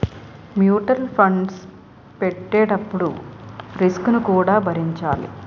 mutual funds పెట్టేటప్పుడు risk ను కూడా భరించాలి